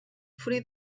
fruit